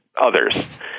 others